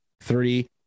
three